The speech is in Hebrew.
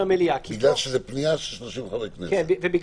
בגלל שזו פנייה של 30 חברי כנסת.